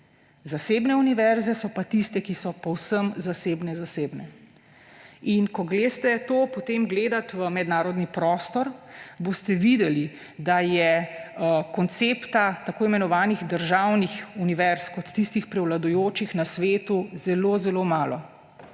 Zasebne univerze so pa tiste, ki so povsem zasebno-zasebne. In ko greste to potem gledat v mednarodni prostor, boste videli, da je koncepta tako imenovanih državnih univerz kot tistih prevladujočih na svetu zelo zelo malo